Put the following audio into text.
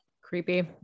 creepy